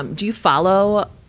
um do you follow,